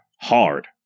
Hard